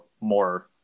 more